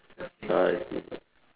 ah I see